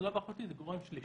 זה גורם שלישי.